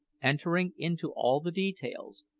entering into all the details,